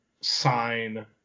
sign